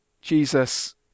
Jesus